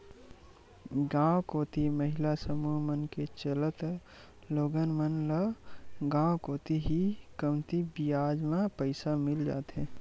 गांव कोती महिला समूह मन के चलत लोगन मन ल गांव कोती ही कमती बियाज म पइसा मिल जाथे